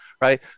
right